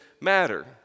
matter